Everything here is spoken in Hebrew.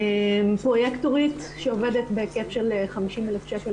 פרויקט הורית שעובדת בהיקף של 50 אלף שקל,